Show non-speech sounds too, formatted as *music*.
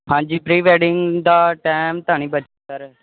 ਹਾਂਜੀ pre wedding ਦਾ time ਤਾਂ ਨਹੀਂ *unintelligible* ਸਰ